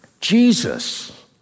Jesus